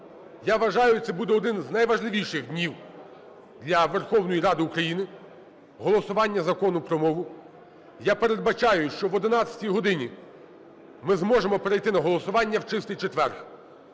Я вважаю, це буде один з найважливіших днів для Верховної Ради України – голосування Закону про мову. Я передбачаю, що об 11 годині ми зможемо перейти на голосування в Чистий четвер.